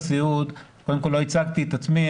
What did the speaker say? לא הצגתי את עצמי,